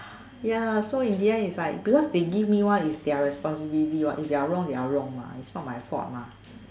ya so in the end is like because they give me one is their responsibility what is their wrong their wrong what is not my fault mah